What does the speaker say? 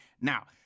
Now